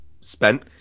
spent